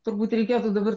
turbūt reikėtų dabar